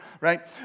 right